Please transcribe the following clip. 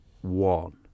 one